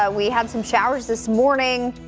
ah we have some showers this morning.